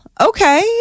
okay